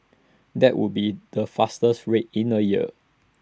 that would be the fastest rate in A year